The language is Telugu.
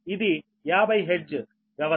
ఇది 50 హెర్ట్జ్ వ్యవస్థ